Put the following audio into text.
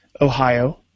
Ohio